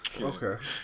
okay